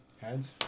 Heads